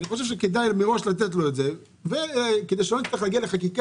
אני חושב שכדאי מראש לתת לו את זה וכדי שלא נצטרך להגיע לחקיקה,